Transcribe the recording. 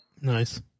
Nice